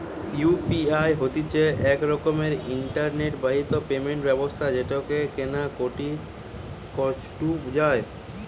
UPI হতিছে এক রকমের ইন্টারনেট বাহিত পেমেন্ট ব্যবস্থা যেটাকে কেনা কাটি করাঢু যায়